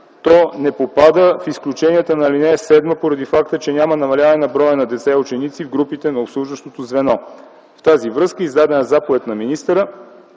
То не попада в изключенията на ал. 7 поради факта, че няма намаляване на броя на деца и ученици в групите на обслужващото звено. В тази връзка е издадена заповед на министъра